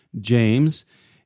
James